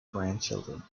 grandchildren